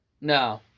No